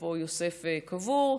איפה יוסף קבור,